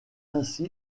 ainsi